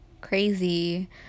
crazy